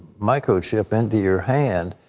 microchip into your hand,